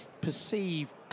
perceive